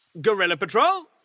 gorilla patrol!